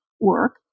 work